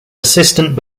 assistant